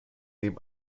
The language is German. nehmen